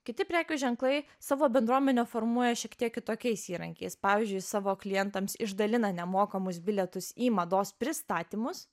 kiti prekių ženklai savo bendruomenę formuoja šiek tiek kitokiais įrankiais pavyzdžiui savo klientams išdalina nemokamus bilietus į mados pristatymus